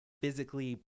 physically